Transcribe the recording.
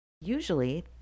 usually